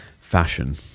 fashion